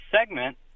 segment